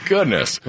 Goodness